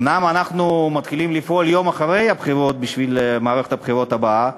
אומנם אנחנו מתחילים לפעול יום אחרי הבחירות בשביל מערכת הבחירות הבאה,